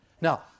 Now